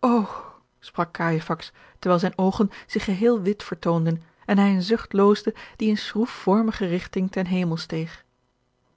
oh sprak cajefax terwijl zijne oogen zich geheel wit vertoonden en hij een zucht loosde die in schroefvormige rigting ten hemel steeg